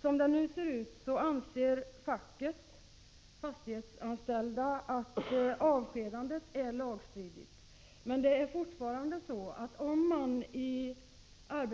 Som det nu ser ut anser facket, Fastighetsanställdas förbund, att avskedan det är lagstridigt. Det är emellertid fortfarande så att om arbetsdomstolenger = Prot.